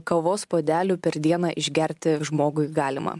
kavos puodelių per dieną išgerti žmogui galima